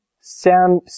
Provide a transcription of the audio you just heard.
Sam